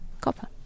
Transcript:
Copper